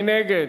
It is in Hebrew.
מי נגד?